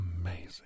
amazing